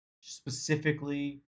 specifically